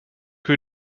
who